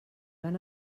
van